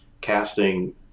casting